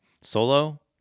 Solo